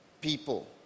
people